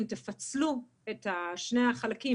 אם תפצלו את שני החלקים,